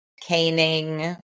caning